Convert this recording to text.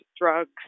drugs